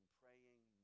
praying